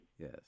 Yes